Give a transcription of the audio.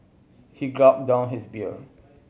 he gulped down his beer